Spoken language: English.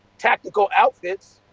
tactical outfits.